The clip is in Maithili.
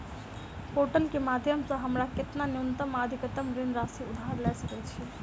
पोर्टल केँ माध्यम सऽ हमरा केतना न्यूनतम आ अधिकतम ऋण राशि उधार ले सकै छीयै?